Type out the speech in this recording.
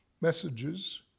messages